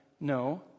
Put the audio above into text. no